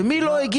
ומי לא הגיש?